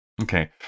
Okay